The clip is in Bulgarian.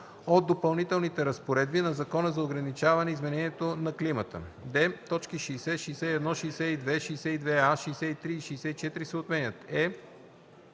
от Допълнителните разпоредби на Закона за ограничаване изменението на климата.”; д) точки 60, 61, 62, 62а, 63 и 64 се отменят;